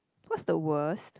what's the worst